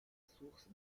source